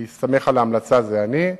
בהסתמך על ההמלצה, זה אני,